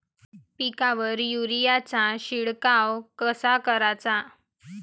पिकावर युरीया चा शिडकाव कसा कराचा?